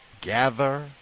gather